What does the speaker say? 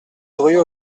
rue